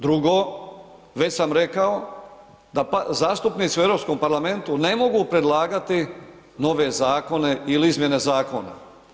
Drugo, već sam rekao da zastupnici u EU parlamentu ne mogu predlagati nove zakone ili izmjene zakona.